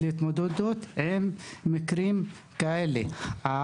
כדי להתמודד עם מקרים כאלה.